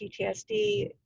PTSD